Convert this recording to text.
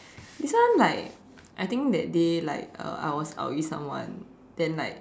this one like I think that day like uh I was out with someone then like